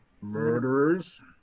murderers